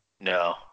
No